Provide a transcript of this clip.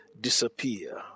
disappear